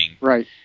Right